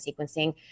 sequencing